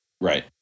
Right